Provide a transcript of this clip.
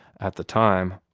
at the time.